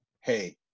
hey